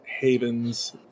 Haven's